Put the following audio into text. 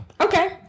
Okay